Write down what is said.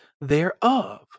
thereof